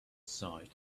side